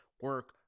Work